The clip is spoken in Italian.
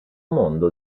mondo